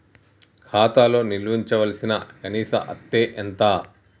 ఖాతా లో నిల్వుంచవలసిన కనీస అత్తే ఎంత?